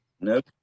Nope